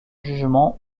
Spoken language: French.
jugement